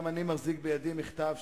גם אני מחזיק בידי מכתב,